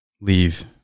leave